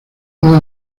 puede